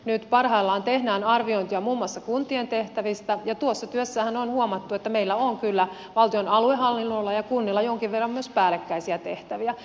nyt parhaillaan tehdään arviointia muun muassa kuntien tehtävistä ja tuossa työssähän on huomattu että meillä on kyllä valtion aluehallinnolla ja kunnilla jonkin verran myös päällekkäisiä tehtäviä